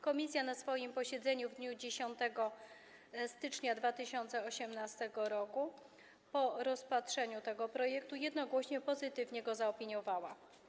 Komisja na swoim posiedzeniu w dniu 10 stycznia 2018 r. po rozpatrzeniu tego projektu jednogłośnie pozytywnie go zaopiniowała.